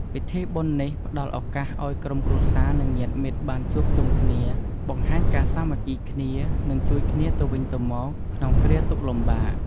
ពិធីបុណ្យនេះផ្តល់ឱកាសឱ្យក្រុមគ្រួសារ និងញាតិមិត្តបានជួបជុំគ្នា បង្ហាញការសាមគ្គីគ្នា និង ជួយគ្នាទៅវិញទៅមក ក្នុងគ្រាទុក្ខលំបាក។